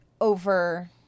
over